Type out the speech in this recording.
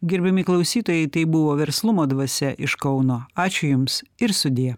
gerbiami klausytojai tai buvo verslumo dvasia iš kauno ačiū jums ir sudie